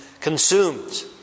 consumed